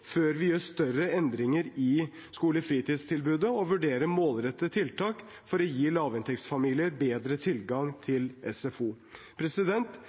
før vi gjør større endringer i skolefritidstilbudet og vurderer målrettede tiltak for å gi lavinntektsfamilier bedre tilgang til SFO.